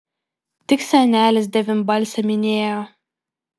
tik senelis devynbalsę minėjo